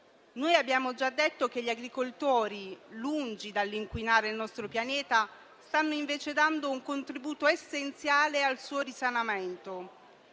Abbiamo già detto che gli agricoltori, lungi dall'inquinare il nostro pianeta, stanno invece dando un contributo essenziale al suo risanamento.